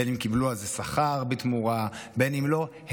בין אם קיבלו על זה שכר בתמורה ובין אם לא,